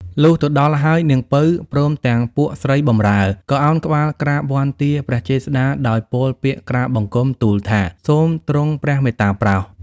លុះទៅដល់ហើយ នាង ពៅ ព្រមទាំងពួកស្រីបម្រើ ក៏ឱនក្បាលក្រាបវន្ទាព្រះចេស្ដាដោយពោលពាក្យក្រាបបង្គំទូលថា សូមទ្រង់ព្រះមេត្តាប្រោស !